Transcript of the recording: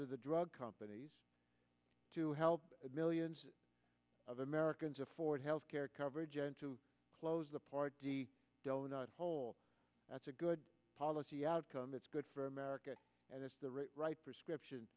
to the drug companies to help millions of americans afford health care coverage and to close the part d donut hole that's a good policy outcome that's good for america and it's the right right prescription